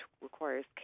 requires